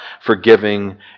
forgiving